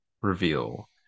reveal